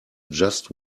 just